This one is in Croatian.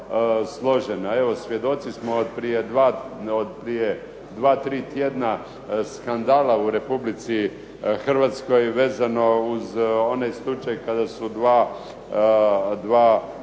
svjedoci smo od prije dva tri tjedna skandala u Republici Hrvatskoj vezano uz onaj slučaj kada su dva radnika